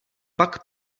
pak